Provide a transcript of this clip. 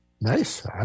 Nice